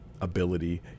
ability